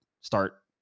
start